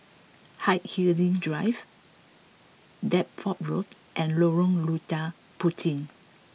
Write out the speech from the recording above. Hindhede Drive Deptford Road and Lorong Lada Puteh